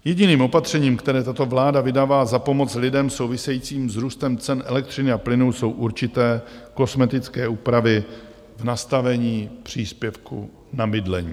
Jediným opatřením, které tato vláda vydává za pomoc lidem, souvisejícím s růstem cen elektřiny a plynu, jsou určité kosmetické úpravy v nastavení příspěvku na bydlení.